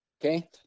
Okay